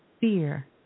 fear